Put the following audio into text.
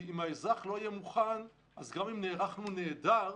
אם האזרח לא יהיה מוכן, גם אם נערכנו נהדר,